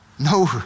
No